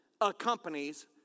accompanies